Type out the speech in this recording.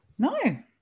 No